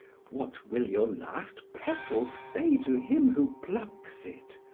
what will your last petal say to him who plucks it?